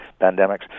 pandemics